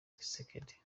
tshisekedi